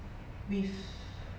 with